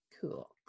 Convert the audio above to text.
cool